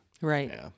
Right